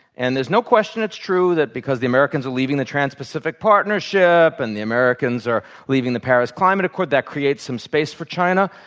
and there's no question it's true that, because the americans are leaving the transpacific partnership and the americans are leaving the paris climate accord, that creates some space for china,